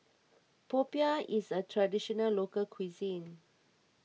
Popiah is a Traditional Local Cuisine